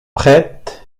prête